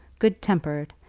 good-tempered,